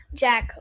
jack